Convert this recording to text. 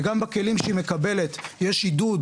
וגם בכלים שהיא מקבלת יש עידוד,